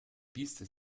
biester